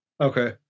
Okay